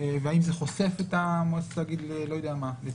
והאם זה חושף את מועצת התאגיד לתביעות,